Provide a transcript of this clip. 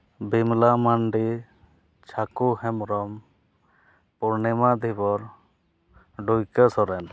Bimla Mandi Chhaku Hembrom Purnima Dhibor Duika Soren